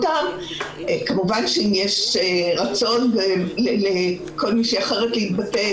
כמובן שאם יש רצון לכל אחת אחרת להתבטא,